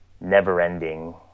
never-ending